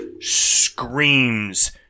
screams